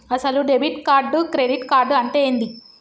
అసలు debit card credit card అంటే ఏంది?